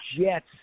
Jets